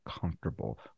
comfortable